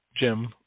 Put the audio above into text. Jim